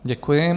Děkuji.